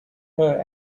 her